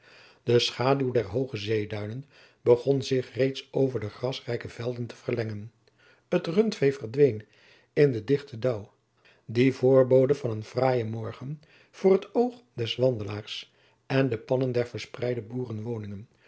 de schaduw der hooge zeeduinen begon zich reeds over de grasrijke velden te verlengen het rundvee verdween in den dichten daauw dien voorbode van een fraaien morgen voor het oog des wandelaars en de